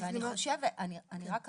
אני רק אציע,